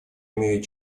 имею